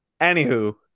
Anywho